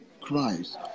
Christ